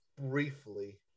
briefly